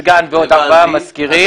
הסגן ועוד ארבעה מזכירים